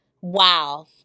wow